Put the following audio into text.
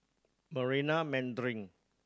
Marina Mandarin